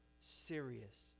serious